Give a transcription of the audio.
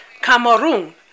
Cameroon